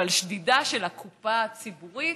אבל שדידה של הקופה הציבורית,